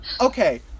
Okay